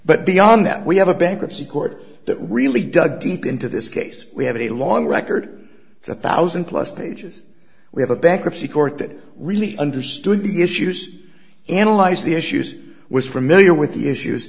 but beyond that we have a bankruptcy court that really dug deep into this case we have a long record it's a thousand plus pages we have a bankruptcy court that really understood the issues analyzed the issues was remember with the issues